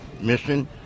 mission